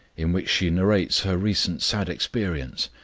in which she narrates her recent sad experience,